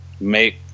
make